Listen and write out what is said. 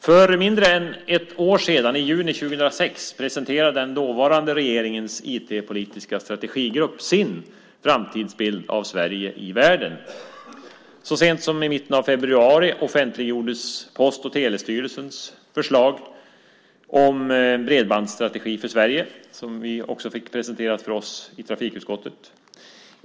För mindre än ett år sedan, i juni 2006, presenterade den dåvarande regeringens IT-politiska strategigrupp sin framtidsbild av Sverige i världen. Så sent som i mitten av februari offentliggjordes Post och telestyrelsens förslag till bredbandsstrategi för Sverige som vi också fick presenterat för oss i trafikutskottet.